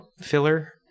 filler